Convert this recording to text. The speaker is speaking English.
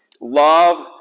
love